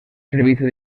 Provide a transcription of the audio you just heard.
servicio